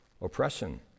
oppression